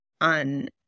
on